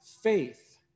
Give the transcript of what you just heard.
faith